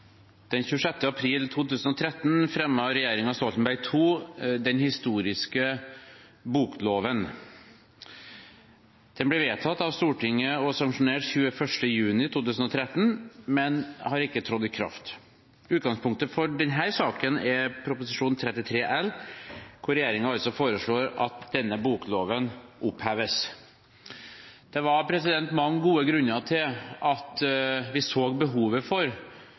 april 2013 fremmet regjeringen Stoltenberg II den historiske bokloven. Den ble vedtatt av Stortinget og sanksjonert 21. juni 2013, men er ikke trådt i kraft. Utgangspunktet for denne saken er Prop. 33 L for 2013–2014, hvor regjeringen altså foreslår at denne bokloven oppheves. Det var mange gode grunner til at vi så behovet for